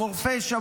בחורפיש.